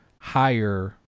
higher